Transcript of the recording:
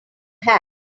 have